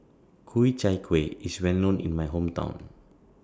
Ku Chai Kuih IS Well known in My Hometown